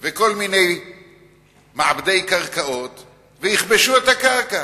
וכל מיני מעבדי קרקעות ויכבשו את הקרקע,